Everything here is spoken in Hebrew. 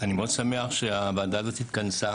אני מאוד שמח שהוועדה הזאת התכנסה,